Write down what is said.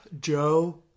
Joe